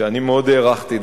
שאני מאוד הערכתי,